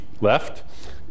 left